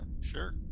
Sure